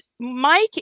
Mike